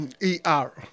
e-r